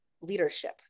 leadership